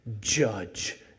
judge